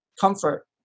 comfort